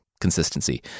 consistency